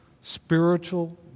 spiritual